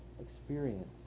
experience